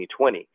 2020